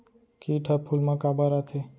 किट ह फूल मा काबर आथे?